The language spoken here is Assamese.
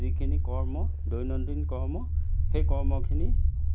যিখিনি কৰ্ম দৈনন্দিন কৰ্ম সেই কৰ্মখিনি